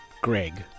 Greg